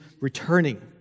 returning